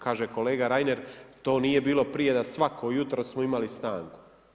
Kaže kolega Reiner to nije bilo prije da svako jutro smo imali stanku.